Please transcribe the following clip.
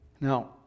Now